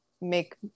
make